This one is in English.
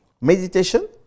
Meditation